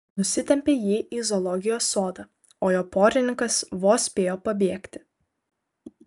nusitempė jį į zoologijos sodą o jo porininkas vos spėjo pabėgti